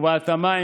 ובהתאמה,